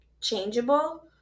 changeable